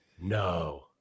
No